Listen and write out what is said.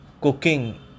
cooking